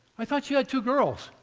i thought you had two girls!